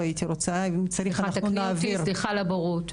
אם צריך, אנחנו נעביר.